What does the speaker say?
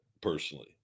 personally